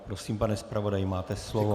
Prosím, pane zpravodaji, máte slovo.